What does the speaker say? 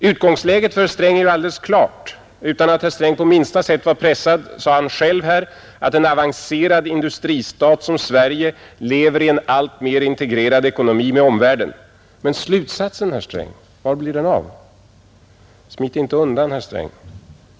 Utgångsläget är ju alldeles klart för herr Sträng. Utan att herr Sträng på minsta sätt var pressad sade han själv att en avancerad industristat som Sverige lever i en alltmer integrerad ekonomi med omvärlden. Men slutsatsen, herr Sträng? Var blir den av? Smit inte undan, herr Sträng!